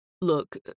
Look